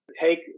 Take